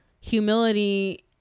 humility